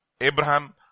Abraham